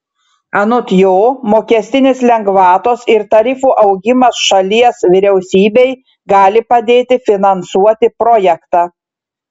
anot jo mokestinės lengvatos ir tarifų augimas šalies vyriausybei gali padėti finansuoti projektą